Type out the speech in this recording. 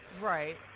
Right